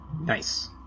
Nice